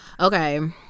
Okay